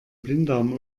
blinddarm